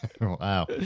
wow